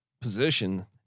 position